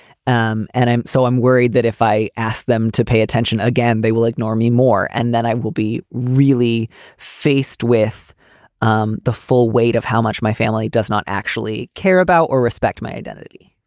um and i'm so i'm worried that if i asked them to pay attention again, they will ignore me more and then i will be really faced with um the full weight of how much my family does not actually care about or respect my identity